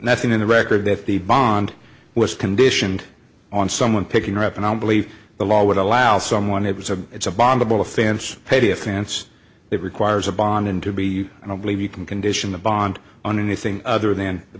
nothing in the record if the bond was conditioned on someone picking her up and i don't believe the law would allow someone who was a it's a bondable offense pay to finance it requires a bond and to be i don't believe you can condition the bond on anything other than the